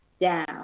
down